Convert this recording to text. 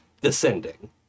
descending